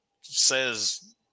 says